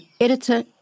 editor